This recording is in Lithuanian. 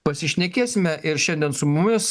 pasišnekėsime ir šiandien su mumis